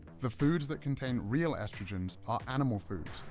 the foods that contain real estrogens are animal foods,